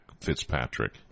fitzpatrick